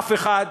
אף אחד,